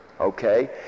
Okay